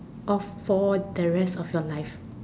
off for the rest for your life